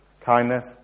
Kindness